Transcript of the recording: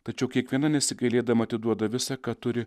tačiau kiekviena nesigailėdama atiduoda visa ką turi